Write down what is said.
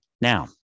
Now